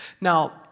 Now